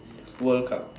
world cup